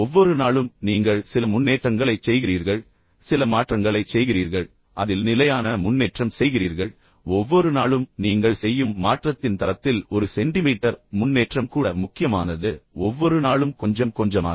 ஒவ்வொரு நாளும் நீங்கள் சில முன்னேற்றங்களைச் செய்கிறீர்கள் சில மாற்றங்களைச் செய்கிறீர்கள் அதில் நிலையான முன்னேற்றம் செய்கிறீர்கள் ஒவ்வொரு நாளும் நீங்கள் செய்யும் மாற்றத்தின் தரத்தில் ஒரு சென்டிமீட்டர் முன்னேற்றம் கூட முக்கியமானது ஒவ்வொரு நாளும் கொஞ்சம் கொஞ்சமாக